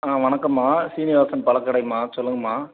ஆ வணக்கம்மா சீனிவாசன் பழக்கடைமா சொல்லுங்கம்மா